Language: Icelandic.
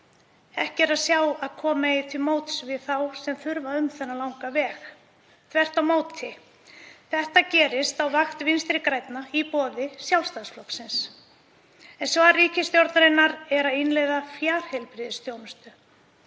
Ekki er að sjá að koma eigi til móts við þá sem þurfa um þennan langa veg, þvert á móti. Þetta gerist á vakt Vinstri grænna í boði Sjálfstæðisflokksins. En svar ríkisstjórnarinnar er að innleiða fjarheilbrigðisþjónustu